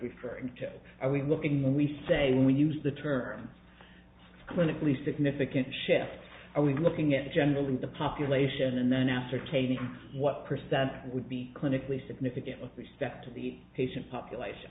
referring to are we looking we say we use the term clinically significant shifts are we looking at generally in the population and then ascertaining what percent would be clinically significant with respect to the patient population